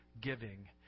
giving